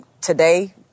Today